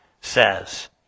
says